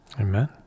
Amen